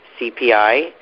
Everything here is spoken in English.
CPI